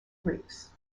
greeks